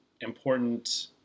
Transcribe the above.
important